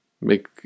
make